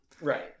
Right